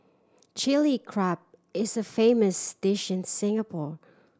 Chilli Crab is a famous dish in Singapore